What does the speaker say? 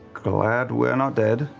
glad we're not dead.